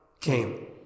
came